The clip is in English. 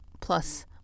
plus